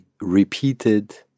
repeated